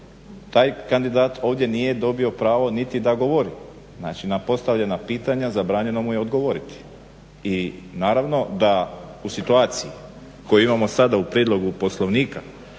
Taj kandidat ovdje nije dobio pravo niti da govori. Znači, na postavljena pitanja zabranjeno mu je odgovoriti. I naravno da u situaciji koju imamo sada u prijedlogu Poslovnika